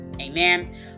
amen